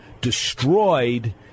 destroyed